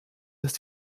dass